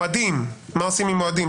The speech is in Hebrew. למועדים: מה עושים עם המועדים?